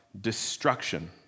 destruction